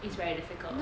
it's very difficult